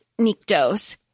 Nikdos